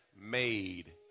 made